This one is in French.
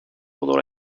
pendant